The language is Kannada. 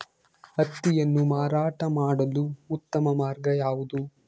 ಹತ್ತಿಯನ್ನು ಮಾರಾಟ ಮಾಡಲು ಉತ್ತಮ ಮಾರ್ಗ ಯಾವುದು?